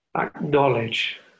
acknowledge